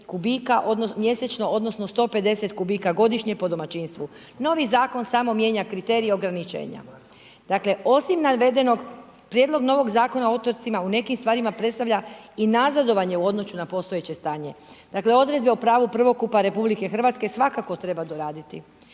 mjesečno odnosno 150 kubika godišnje po domaćinstvu. Novi zakon samo mijenja kriterije ograničenja. Dakle osim navedenog, Prijedlog novog Zakona o otocima u nekim stvarima predstavlja i nazadovanje u odnosu na postojeće stanje, dakle odredbe o pravo prvokupa RH svakako treba doraditi